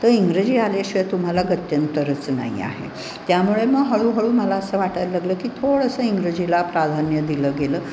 तर इंग्रजी आल्याशिवाय तुम्हाला गत्यंतरच नाही आहे त्यामुळे मग हळूहळू मला असं वाटायला लागलं की थोडंसं इंग्रजीला प्राधान्य दिलं गेलं